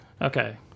Okay